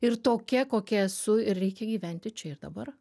ir tokia kokia esu ir reikia gyventi čia ir dabar